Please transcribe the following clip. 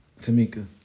Tamika